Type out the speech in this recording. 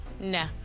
No